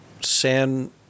San